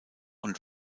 und